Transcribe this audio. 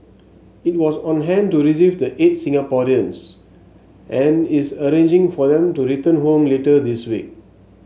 it was on hand to receive the eight Singaporeans and is arranging for them to return home later this week